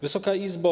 Wysoka Izbo!